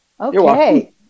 Okay